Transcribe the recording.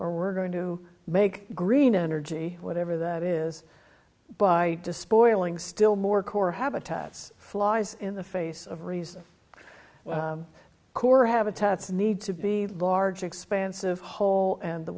or we're going to make green energy whatever that is by despoiling still more core habitat flies in the face of reason core habitats need to be large expansive whole and the